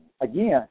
Again